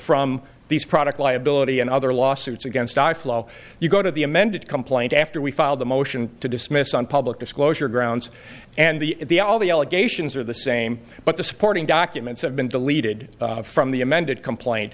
from these product liability and other lawsuits against you go to the amended complaint after we filed the motion to dismiss on public disclosure grounds and the all the allegations are the same but the supporting documents have been deleted from the amended complaint